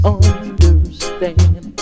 understand